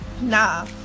nah